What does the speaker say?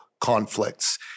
conflicts